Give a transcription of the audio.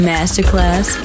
Masterclass